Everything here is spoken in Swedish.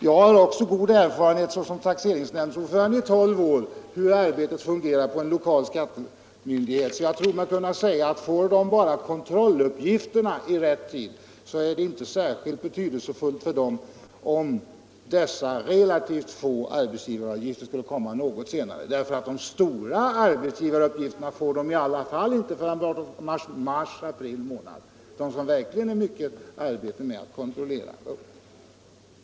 Som taxeringsnämndsordförande i tolv år har jag också fått god erfarenhet av hur arbetet fungerar hos en lokal skattemyndighet. Jag tror mig därför kunna säga, att om bara kontrolluppgifterna lämnas in i rätt tid, har det inte någon större betydelse om dessa relativt få arbetsgivaruppgifter skulle komma in något senare, eftersom de omfattande arbetsgivaruppgifterna, som det verkligen är mycket arbete med att kontrollera, i alla fall inte kommer förrän i mars eller april.